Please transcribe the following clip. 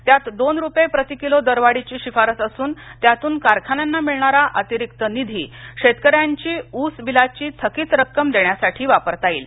त्यात दोन रुपये प्रतिकिलो दरवाढीची शिफारस असून त्यातून कारखान्यांना मिळणार अतिरिक्त निधी शेतकऱ्यांची ऊस बिलाची थकीत रक्कम देण्यासाठी वापरता येईल